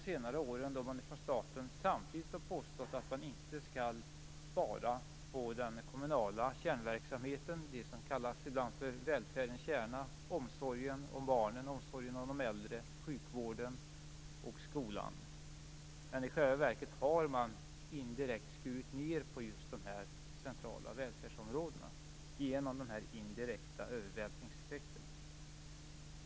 Samtidigt har man från statens sida under senare år påstått att man inte skall spara på den kommunala kärnverksamheten, det som ibland kallas välfärdens kärna - omsorgen om barnen, omsorgen om de äldre, sjukvården och skolan. I själva verket har man indirekt skurit ned på just de här centrala välfärdsområdena, genom de indirekta övervältringseffekterna.